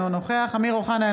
אינו נוכח אמיר אוחנה,